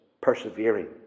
persevering